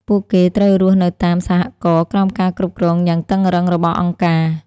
ពួកគេត្រូវរស់នៅតាម សហករណ៍ ក្រោមការគ្រប់គ្រងយ៉ាងតឹងរ៉ឹងរបស់អង្គការ។